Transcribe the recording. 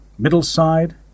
Middleside